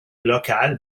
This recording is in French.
locale